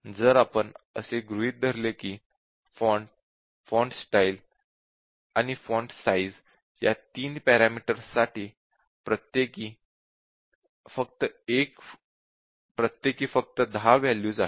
जर आपण असे गृहीत धरले की फॉन्ट फॉन्ट स्टाइल आणि फॉन्ट साईझ या 3 पॅरामीटर्स साठी प्रत्येकी फक्त 10 वॅल्यूज आहेत